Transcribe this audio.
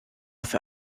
für